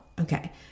Okay